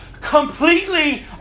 Completely